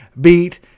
beat